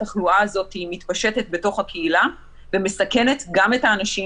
התחלואה הזאת מתפשטת בתוך הקהילה ומסכנת גם את האנשים,